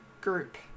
Group